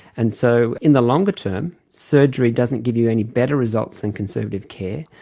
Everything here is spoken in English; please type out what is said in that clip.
and so in the longer term, surgery doesn't give you any better results than conservative care,